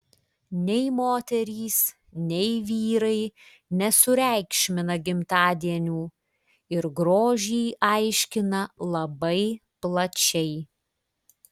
nei moterys nei vyrai nesureikšmina gimtadienių ir grožį aiškina labai plačiai